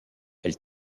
elle